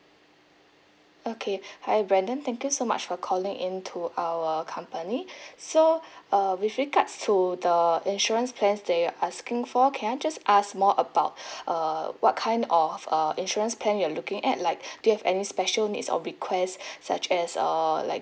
okay hi brandon thank you so much for calling into our company so uh with regards to the insurance plans that you're asking for can I just ask more about err what kind of uh insurance plan you are looking at like do you have any special needs or requests such as err like